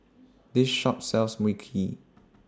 This Shop sells Mui Kee